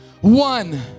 One